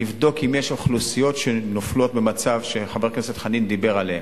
לבדוק אם יש אוכלוסיות שנופלות במצב שחבר הכנסת חנין דיבר עליו,